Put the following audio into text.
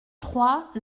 trois